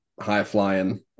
high-flying